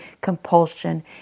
compulsion